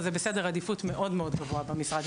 וזה בסדר עדיפות מאוד מאוד גבוה במשרד.